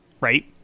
right